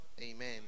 Amen